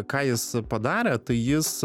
ką jis padarė tai jis